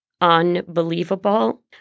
unbelievable